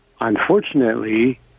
Unfortunately